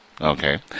Okay